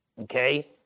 okay